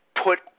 put